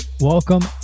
welcome